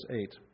eight